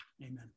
Amen